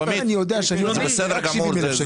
אם אני יודע --- רגע, אני רוצה להבין.